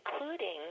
including